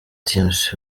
tmc